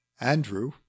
andrew